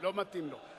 לא מתאים לו.